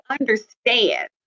understand